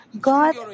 God